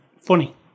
funny